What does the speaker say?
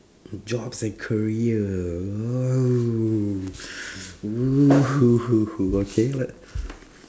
jobs and career oh okay what